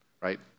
Right